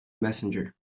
messenger